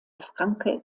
francke